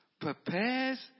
prepares